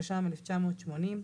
תש"ם-1980,